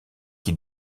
qui